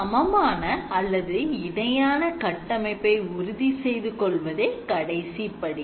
சமமான அல்லது இணையான கட்டமைப்பை உறுதி செய்து கொள்வதே கடைசி படி